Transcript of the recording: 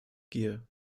gier